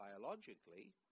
biologically